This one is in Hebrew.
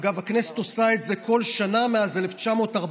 אגב, הכנסת עושה את זה כל שנה מאז 1948,